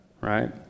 right